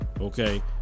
Okay